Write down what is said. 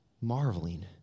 Marveling